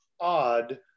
odd